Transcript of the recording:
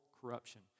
corruption